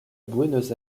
buenos